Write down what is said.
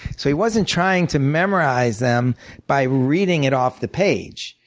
so he wasn't trying to memorize them by reading it off the page.